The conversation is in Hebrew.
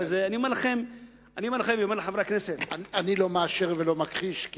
אני לא מאשר ולא מכחיש.